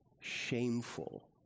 shameful